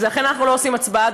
לכן אנחנו לא עושים הצבעה,